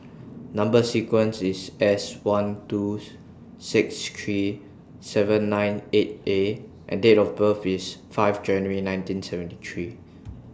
Number sequence IS S one two six three seven nine eight A and Date of birth IS five January nineteen seventy three